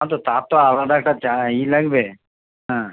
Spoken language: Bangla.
হ্যাঁ তো তার তো আলাদা একটা ই লাগবে হ্যাঁ